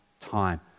time